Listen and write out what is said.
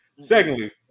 Secondly